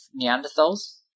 Neanderthals